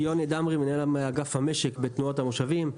אני יוני דמרי, מנהל אגף המשק בתנועת המושבים.